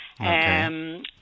Okay